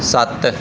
ਸੱਤ